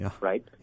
right